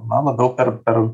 na labiau per per